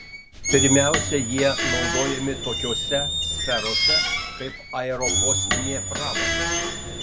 pirmiausia jie naudojami tokiose sferose kaip aerokosminė pramonė